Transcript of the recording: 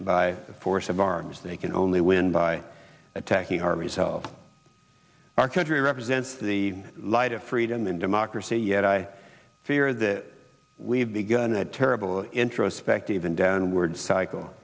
by force of arms they can only win by attacking our resolve our country represents the light of freedom and democracy yet i fear that we have begun a terrible introspective and downward cycle